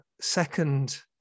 second